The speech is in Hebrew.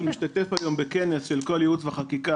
הוא משתתף היום בכנס של כל ייעוץ וחקיקה